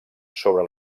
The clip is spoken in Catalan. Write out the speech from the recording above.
sobre